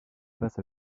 passe